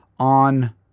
On